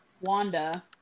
Wanda